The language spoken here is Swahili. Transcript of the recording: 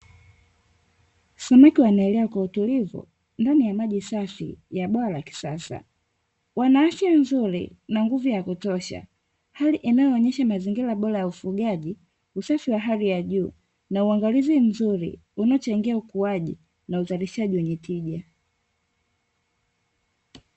Samaki wanaelea kwa utulivu ndani ya maji safi kwenye bwawa la kisasa wanaafya nzuri na nguvu za kutosha, hali inayoonyesha mazingira mazuri ya ufugaji, usafi wa hali ya juu na uangalizi mzuri unaochangia ukuaji na uzalishaji wenye tija.